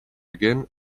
again